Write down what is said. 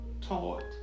taught